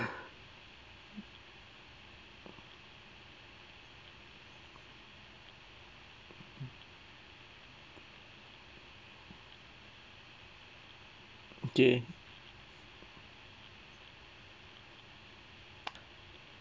okay